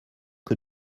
que